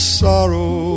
sorrow